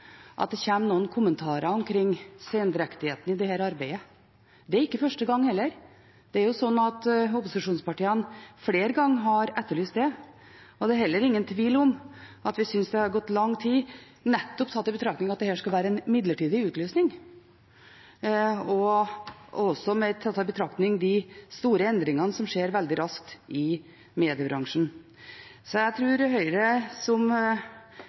at det kommer noen kommentarer omkring sendrektigheten i dette arbeidet. Det er ikke første gang, heller. Det er slik at opposisjonspartiene flere ganger har etterlyst det, og det er heller ingen tvil om at vi synes det har gått lang tid nettopp tatt i betraktning at dette skulle være en midlertidig utlysning, og også tatt i betraktning de store endringene som skjer veldig raskt i mediebransjen. Så jeg tror at Høyre, som